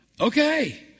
Okay